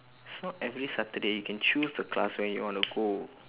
it's not every saturday you can choose the class when you want to go